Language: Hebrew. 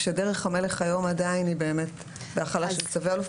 כדרך המלך היום עדיין היא באמת בהחלה של צווי אלוף,